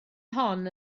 hon